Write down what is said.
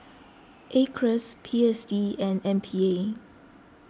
Acres P S D and M P A